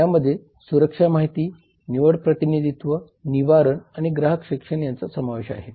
यामध्ये सुरक्षा माहिती निवड प्रतिनिधित्व निवारण आणि ग्राहक शिक्षण यांचा समावेश आहे